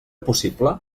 possible